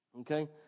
Okay